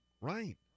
Right